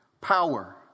Power